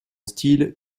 style